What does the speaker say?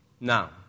Now